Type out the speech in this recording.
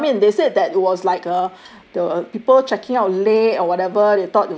so I don't know I mean they said that it was like uh the people checking out late and